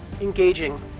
Engaging